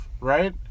right